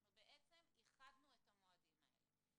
אנחנו בעצם איחדנו את המועדים האלה.